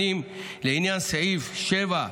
כאמור בסעיף 7(8)